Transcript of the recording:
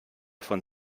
von